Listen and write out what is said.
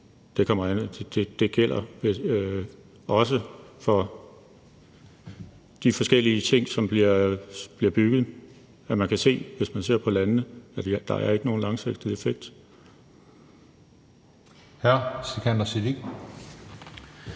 Det gælder også for de forskellige ting, som bliver bygget – at man kan se, hvis man ser på landene, at der ikke er nogen langsigtet effekt.